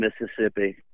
Mississippi